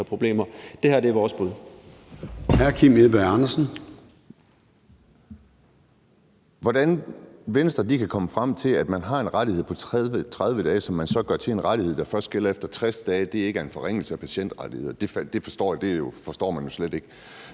Edberg Andersen. Kl. 13:51 Kim Edberg Andersen (NB): Hvordan Venstre kan komme frem til, at det, at man har en rettighed på 30 dage, som man så gør til en rettighed, der først gælder efter 60 dage, ikke er en forringelse af patientrettigheder, forstår man jo slet ikke.